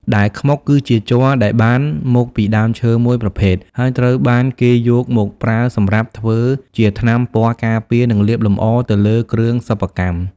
ដែលខ្មុកគឺជាជ័រដែលបានមកពីដើមឈើមួយប្រភេទ ហើយត្រូវបានគេយកមកប្រើសម្រាប់ធ្វើជាថ្នាំពណ៌ការពារ និងលាបលម្អទៅលើគ្រឿងសិប្បកម្ម។